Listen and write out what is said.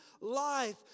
life